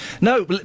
no